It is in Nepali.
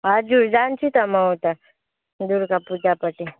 हजुर जान्छु त म उता दुर्गापूजापट्टि